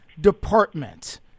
department